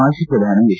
ಮಾಜಿ ಪ್ರಧಾನಿ ಎಚ್